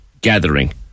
gathering